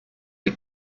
you